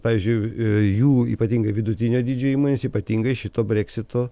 pavyzdžiui jų ypatingai vidutinio dydžio įmonės ypatingai šito breksito